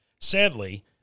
Sadly